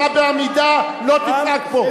אתה בעמידה לא תצעק פה.